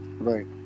Right